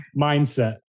Mindset